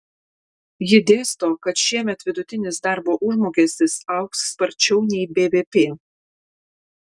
ji dėsto kad šiemet vidutinis darbo užmokestis augs sparčiau nei bvp